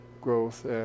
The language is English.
growth